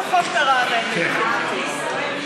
פחות מרענן מבחינתי.